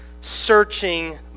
searching